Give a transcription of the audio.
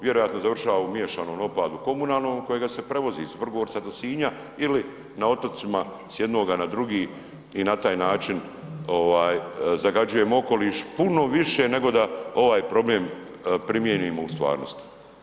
Vjerojatno završava u miješanom otpadu komunalnom kojega se prevozi iz Vrgorca do Sinja ili na otocima s jednoga na drugi i na taj način ovaj zagađujemo okoliš puno više nego da ovaj problem primijenimo u stvarnosti.